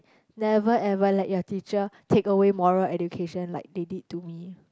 never ever let your teacher take away moral education like they did to me